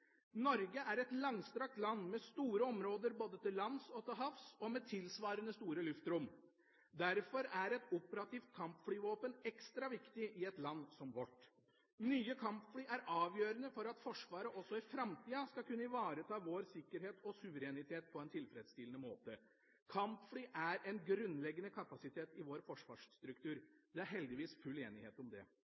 Norge er et langstrakt land med store områder både til lands og til havs og med tilsvarende store luftrom. Derfor er et operativt kampflyvåpen ekstra viktig. Nye kampfly er avgjørende for at Forsvaret også i framtida skal kunne ivareta vår sikkerhet og suverenitet på en tilfredsstillende måte. Kampfly er en grunnleggende kapasitet i vår forsvarsstruktur. Det er heldigvis full enighet om det.